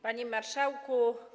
Panie Marszałku!